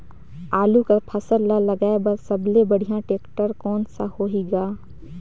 आलू कर फसल ल लगाय बर सबले बढ़िया टेक्टर कोन सा होही ग?